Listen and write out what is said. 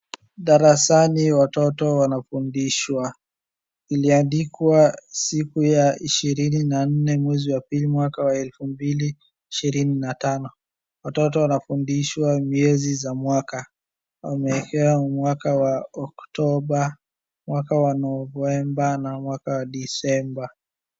Darasani watoto wanafundishwa. Iliandikwa siku ya ishirini na nne mwezi wa pili mwaka wa elfu mbili ishirini na tano. Watoto wanafundishwa miezi za mwaka. Wameekewa mwaka wa Oktoba, mwaka wa Novemba na mwaka wa Disemba.